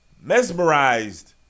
mesmerized